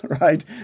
right